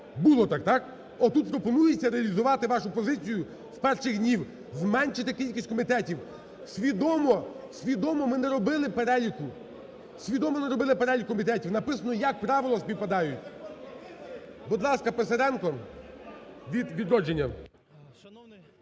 Було так, так? Отут пропонується реалізувати вашу позицію з перших днів: зменшити кількість комітетів. Свідомо, свідомо ми не робили переліку, свідомо не робили перелік комітетів, написано, як правило, співпадають. Будь ласка, Писаренко від "Відродження".